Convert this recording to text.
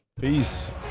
Peace